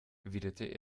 erwiderte